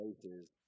places